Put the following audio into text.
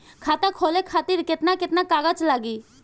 खाता खोले खातिर केतना केतना कागज लागी?